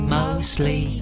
Mostly